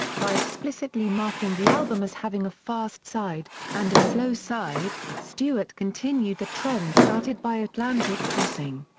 by explicitly marking the album as having a fast side and a slow side, stewart continued the trend started by atlantic crossing.